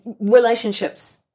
relationships